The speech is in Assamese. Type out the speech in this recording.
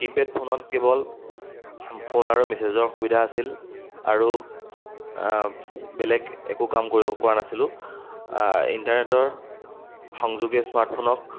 কিপেড ফোনত কেৱল ফোন আৰু মেছেজৰ সুবিধা আছিল আৰু বেলেগ একো কাম কৰিব পৰা নাছিলোঁ ইণ্টাৰনেটৰ সংযোগে স্মাৰ্টফোনক